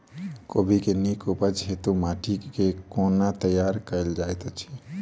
कोबी केँ नीक उपज हेतु माटि केँ कोना तैयार कएल जाइत अछि?